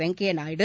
Venkaiah Naidu